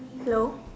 hello